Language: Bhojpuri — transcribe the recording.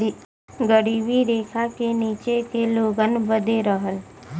गरीबी रेखा के नीचे के लोगन बदे रहल